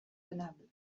tenable